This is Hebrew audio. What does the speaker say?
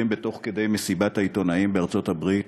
תוך כדי מסיבת העיתונאים בארצות-הברית